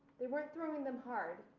they weren't throwing them hard,